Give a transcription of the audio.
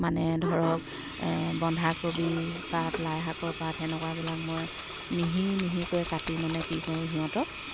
মানে ধৰক বন্ধাকবি পাত লাইশাকৰ পাত সেনেকুৱাবিলাক মই মিহি মিহিকৈ কাটি মানে কি কৰোঁ সিহঁতক